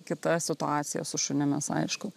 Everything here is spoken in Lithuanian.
kita situacija su šunimis aišku